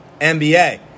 NBA